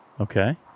Okay